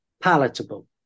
palatable